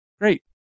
Great